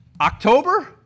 October